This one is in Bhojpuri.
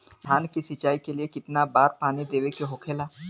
धान की सिंचाई के लिए कितना बार पानी देवल के होखेला?